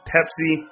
Pepsi